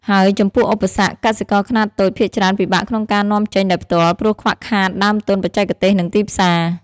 ហើយចំពោះឧបសគ្គ កសិករខ្នាតតូចភាគច្រើនពិបាកក្នុងការនាំចេញដោយផ្ទាល់ ព្រោះខ្វះខាតដើមទុនបច្ចេកទេស និងទីផ្សារ។